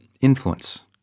influence